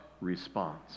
response